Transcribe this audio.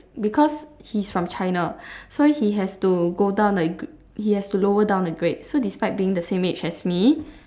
because he is from China so he has to go down a gr~ he has to lower down a grade so despite being the same age as me